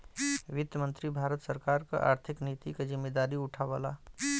वित्त मंत्री भारत सरकार क आर्थिक नीति क जिम्मेदारी उठावला